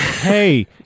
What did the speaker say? hey